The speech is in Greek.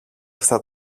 αυτά